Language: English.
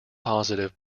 positive